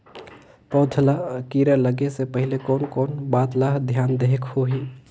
पौध ला कीरा लगे से पहले कोन कोन बात ला धियान देहेक होही?